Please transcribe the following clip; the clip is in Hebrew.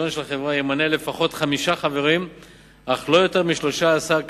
ימנה לפחות חמישה חברים אך לא יותר מ-13,